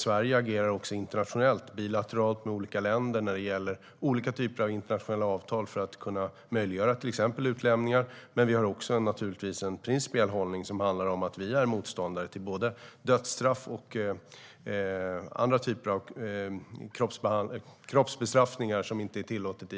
Sverige agerar även internationellt och bilateralt med olika länder när det gäller olika typer av internationella avtal för att möjliggöra till exempel utlämningar. Men vi har också en principiell hållning som handlar om att vi är motståndare till både dödsstraff och andra typer av kroppsbestraffning som inte är tillåtna